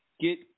get